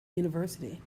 university